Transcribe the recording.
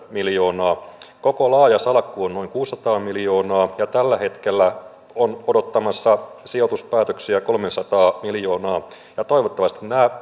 miljoonaa koko laaja salkku on noin kuusisataa miljoonaa ja tällä hetkellä on odottamassa sijoituspäätöksiä kolmesataa miljoonaa toivottavasti nämä